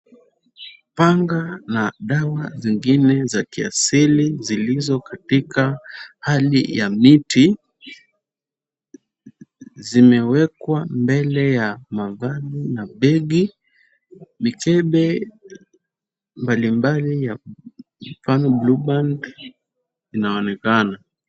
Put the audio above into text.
Panga na dawa zingine za kiasili zilizo katika hali ya miti zimewekwa mbele ya mavazi na begi. Mikebe mbalimbali kama blueband inaonekana.